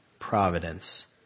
providence